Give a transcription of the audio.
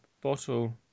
bottle